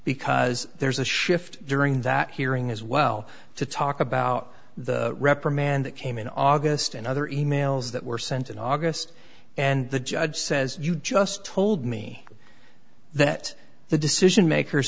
because there's a shift during that hearing as well to talk about the reprimand that came in august and other e mails that were sent in august and the judge says you just told me that the decision makers